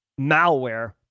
malware